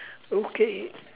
okay